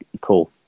cool